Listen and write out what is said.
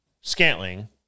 Scantling